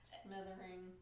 smothering